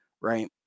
Right